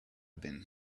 been